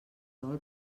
dol